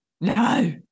No